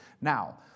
Now